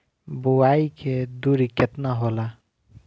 बुआई के दुरी केतना होला?